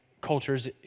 cultures